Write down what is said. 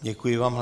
Děkuji vám.